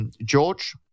George